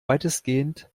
weitestgehend